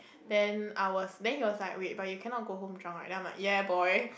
then I was then he was like wait but you cannot go home drunk right then I'm like ya boy